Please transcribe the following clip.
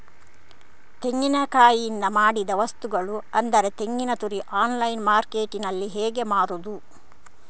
ತೆಂಗಿನಕಾಯಿಯಿಂದ ಮಾಡಿದ ವಸ್ತುಗಳು ಅಂದರೆ ತೆಂಗಿನತುರಿ ಆನ್ಲೈನ್ ಮಾರ್ಕೆಟ್ಟಿನಲ್ಲಿ ಹೇಗೆ ಮಾರುದು?